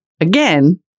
again